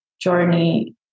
journey